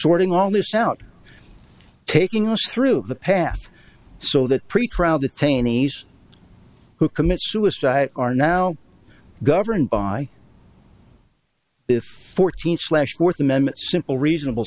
sorting all this out taking us through the path so that pretrial detainees who commit suicide are now governed by the fourteenth slash fourth amendment simple reasonable